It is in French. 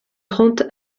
trente